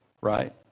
right